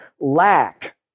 lack